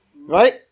Right